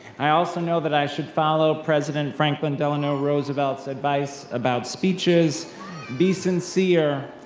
i also know that i should follow president franklin delano roosevelt's advice about speeches be sincere,